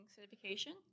certification